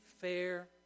fair